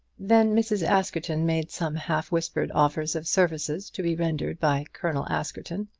then mrs. askerton made some half-whispered offers of services to be rendered by colonel askerton,